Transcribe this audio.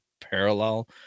parallel